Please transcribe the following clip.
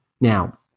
Now